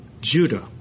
Judah